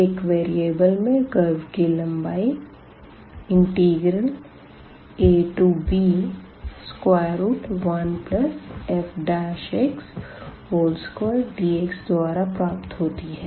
एक वेरिएबल में कर्व की लम्बाई ab1fx2dx द्वारा प्राप्त होती है